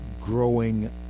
growing